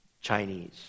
Chinese